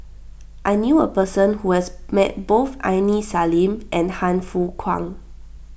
I knew a person who has met both Aini Salim and Han Fook Kwang